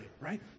right